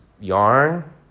yarn